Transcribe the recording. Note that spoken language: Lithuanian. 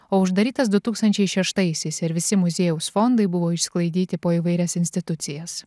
o uždarytas du tūkstančiai šeštaisiais ir visi muziejaus fondai buvo išsklaidyti po įvairias institucijas